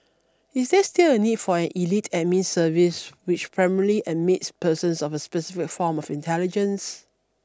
is there still a need for an elite Admin Service which primarily admits persons of a specific form of intelligence